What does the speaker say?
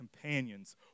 companions